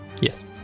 Yes